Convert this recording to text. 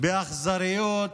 באכזריות,